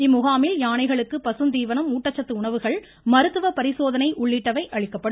இம்முகாமில் யானைகளுக்கு பசுந்தீவனம் ஊட்டச்சத்து உணவுகள் மருத்துவ பரிசோதனை உள்ளிட்டவை அளிக்கப்படும்